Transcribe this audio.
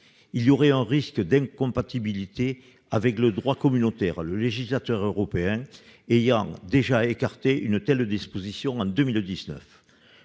il y aurait un risque d'incompatibilité avec le droit communautaire, le législateur européen ayant déjà écarté une telle disposition en 2019.